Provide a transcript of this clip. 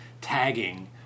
tagging